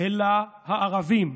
אלא הערבים.